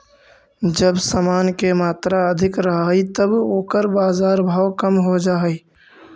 जब समान के मात्रा अधिक रहऽ हई त ओकर बाजार भाव कम हो जा हई